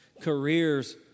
careers